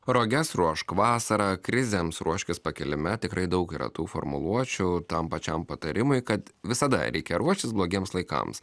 roges ruošk vasarą krizėms ruoškis pakilime tikrai daug yra tų formuluočių tam pačiam patarimui kad visada reikia ruoštis blogiems laikams